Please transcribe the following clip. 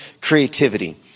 creativity